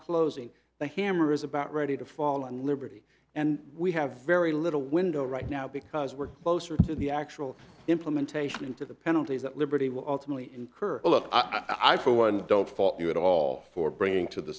closing the hammer is about ready to fall on liberty and we have very little window right now because we're closer to the actual implementation into the penalties that liberty will ultimately incur look i for one don't fault you at all for bringing to the